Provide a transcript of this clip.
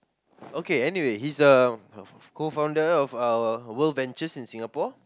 okay anyway he's a co-founder of our world ventures in Singapore